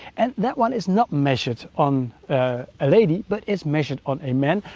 and that one is not measured on a lady, but it's measured on a man,